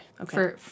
Okay